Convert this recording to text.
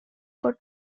por